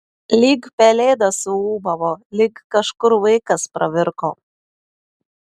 lyg pelėda suūbavo lyg kažkur vaikas pravirko